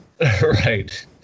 Right